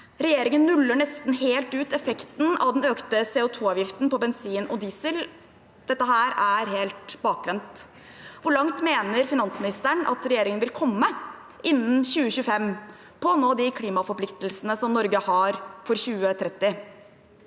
Regjeringen nuller nesten helt ut effekten av den økte CO2-avgiften på bensin og diesel. Dette er helt bakvendt. Hvor langt mener finansministeren at regjeringen vil komme innen 2025 på å nå de klimaforpliktelsene som Norge har for 2030?